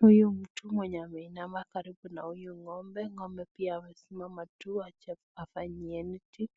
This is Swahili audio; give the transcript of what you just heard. Huyu mtu mwenye ameinama karibu na huyu ng'ombe, ng'ombe pia amesimama tu afanyie anything ,